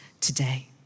today